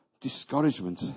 Discouragement